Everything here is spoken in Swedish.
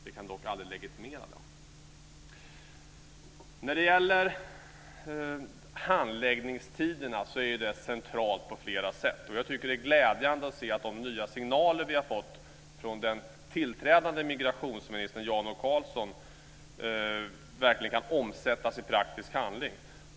Det kan dock aldrig legitimeras. Handläggningstiderna är centrala på flera sätt. Jag tycker att det skulle vara glädjande om de nya signaler vi har fått från den tillträdande migrationsministern Jan O Karlsson verkligen kunde omsättas i praktisk handling.